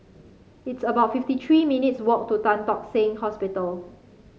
it's about fifty three minutes' walk to Tan Tock Seng Hospital